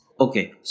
Okay